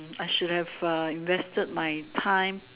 I should have invested my time